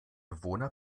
bewohner